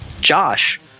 Josh